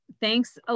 thanks